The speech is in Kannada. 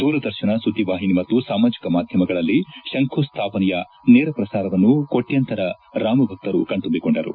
ದೂರದರ್ಶನ ಸುದ್ದಿವಾಹಿನಿ ಮತ್ತು ಸಾಮಾಜಿಕ ಮಾಧ್ಯಮಗಳಲ್ಲಿ ಶಂಖುಸ್ಥಾಪನೆಯ ನೇರ ಪ್ರಸಾರವನ್ನು ಕೋಟ್ಯಾಂತರ ರಾಮಭಕ್ತರು ಕಣ್ತುಂಬಿಕೊಂಡರು